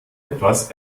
etwas